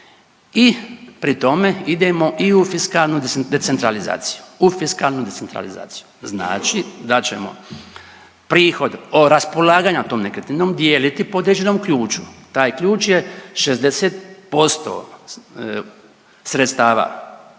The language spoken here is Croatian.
decentralizaciju u fiskalnu decentralizaciju, znači da ćemo prihod o raspolaganja tom nekretninom dijeliti po određenom ključu. Taj ključ je 60% sredstava